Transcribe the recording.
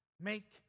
make